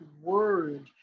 word